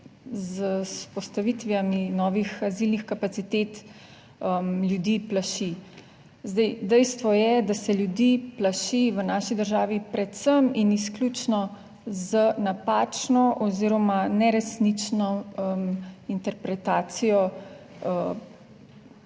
z vzpostavitvimi novih azilnih kapacitet ljudi plaši. Zdaj dejstvo je, da se ljudi plaši v naši državi predvsem in izključno z napačno oziroma neresnično interpretacijo